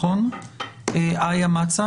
איה מצא